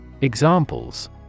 Examples